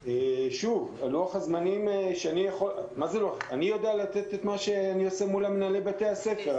אני יודע לתת את מה שאני עושה מול בתי הספר.